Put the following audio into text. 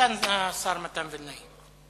סגן השר מתן וילנאי.